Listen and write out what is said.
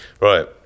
right